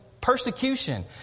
persecution